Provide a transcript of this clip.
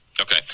Okay